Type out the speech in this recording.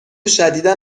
شدیدا